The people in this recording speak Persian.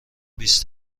بیست